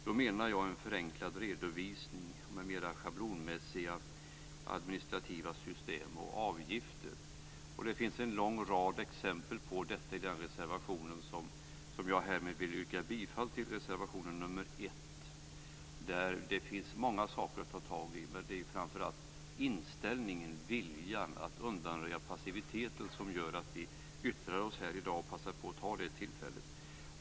Då menar jag en förenklad redovisning med mer schablonmässiga administrativa system och avgifter. Det finns en lång rad exempel på detta i den reservation som jag härmed ber att få yrka bifall till, alltså reservation nr 1. Det finns många saker att ta tag i, men det är framför allt inställningen, viljan att undanröja passiviteten, som gör att vi yttrar oss här i dag och passar på att ta detta tillfälle.